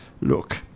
Look